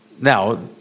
Now